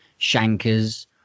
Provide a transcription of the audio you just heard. shankers